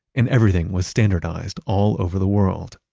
and everything was standardized all over the world.